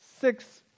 Six